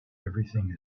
everything